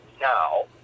now